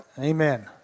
Amen